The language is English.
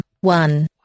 one